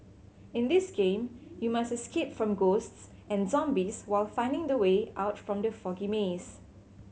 in this game you must escape from ghosts and zombies while finding the way out from the foggy maze